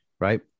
right